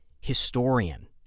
historian